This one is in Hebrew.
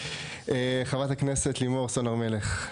חברת הכנסת לימור סון הר מלך,